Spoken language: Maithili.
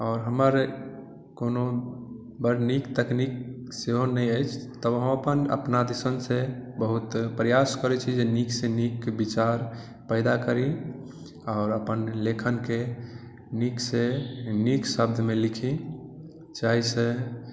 आओर हमर कोनो बड नीक तकनीक सेहो नहि अछि तब हम अपन अपना दिस सॅं बहुत प्रयास करै छी जे नीक सँ नीक विचार पैदा करी आओर अपन लेखन के नीक से निक शब्द मे लिखी जाहिसॅं